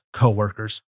coworkers